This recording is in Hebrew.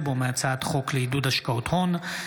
רם בן ברק כי הוא חוזר בו מהצעת חוק לעידוד השקעות הון (תיקון,